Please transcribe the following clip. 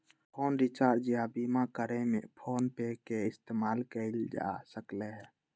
phone recharge या बीमा करे में फोनपे के इस्तेमाल कएल जा सकलई ह